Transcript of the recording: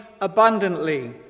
abundantly